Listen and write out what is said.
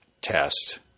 test